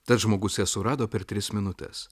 tad žmogus ją surado per tris minutes